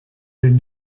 den